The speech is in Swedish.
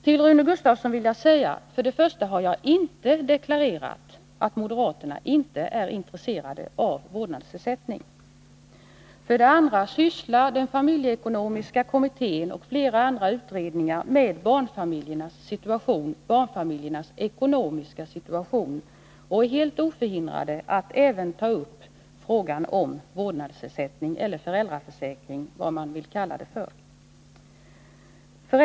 Till Rune Gustavsson vill jag säga: För det första har jag inte deklarerat att moderaterna inte är intresserade av vårdnadsersättning. För det andra sysslar den familjeekonomiska kommittén och flera andra utredningar med barnfamiljernas ekonomiska situation och är helt oförhindrade att även ta upp frågan om vårdnadsersättning, eller föräldraförsäkring eller vad man vill tiska åtgärder kalla det för.